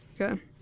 okay